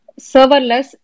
Serverless